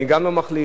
אני גם לא מכליל,